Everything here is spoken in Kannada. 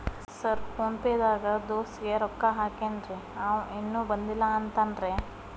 ಸರ್ ಫೋನ್ ಪೇ ದಾಗ ದೋಸ್ತ್ ಗೆ ರೊಕ್ಕಾ ಹಾಕೇನ್ರಿ ಅಂವ ಇನ್ನು ಬಂದಿಲ್ಲಾ ಅಂತಾನ್ರೇ?